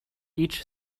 each